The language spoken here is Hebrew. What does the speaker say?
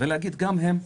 ולהגיד שגם הם.